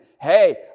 Hey